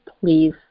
please